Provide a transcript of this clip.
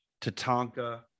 tatanka